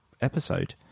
episode